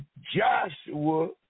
Joshua